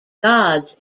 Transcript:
gods